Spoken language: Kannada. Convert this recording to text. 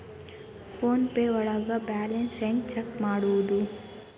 ಫೋನ್ ಪೇ ಒಳಗ ಬ್ಯಾಲೆನ್ಸ್ ಹೆಂಗ್ ಚೆಕ್ ಮಾಡುವುದು?